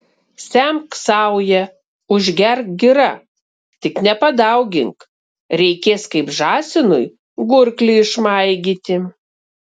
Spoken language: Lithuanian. semk sauja užgerk gira tik nepadaugink reikės kaip žąsinui gurklį išmaigyti